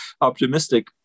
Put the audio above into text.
optimistic